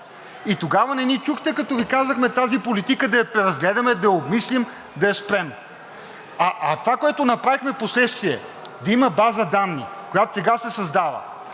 и тогава не ни чухте като Ви казахме тази политика да я преразгледаме, да я обмислим, да я спрем. А това, което направихме впоследствие, да има база данни, която сега се създава,